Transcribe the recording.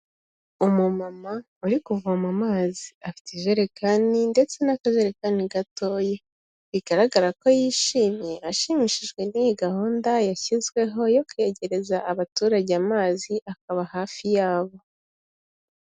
Umu mama uri kuvoma amazi, afite ijerekani ndetse n'akajerekani gatoya, bigaragara ko yishimye ashimishijwe n'iyi gahunda yashyizweho yo kwegereza abaturage amazi akaba hafi yabo.